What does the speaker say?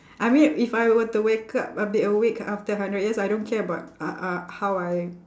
I mean if I were to wake up I be awake after hundred years I don't care about uh uh how I